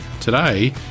Today